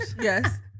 yes